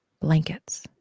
blankets